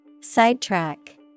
Sidetrack